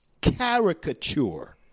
caricature